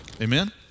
Amen